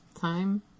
time